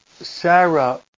Sarah